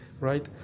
right